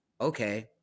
okay